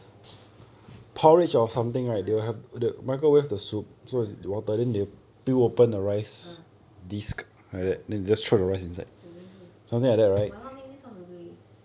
ah ah ah ah oh !walao! make me so hungry